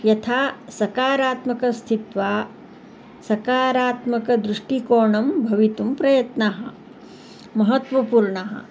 यथा सकारात्मकं स्थित्वा सकारात्मकदृष्टिकोणं भवितुं प्रयत्नः महत्त्वपूर्णः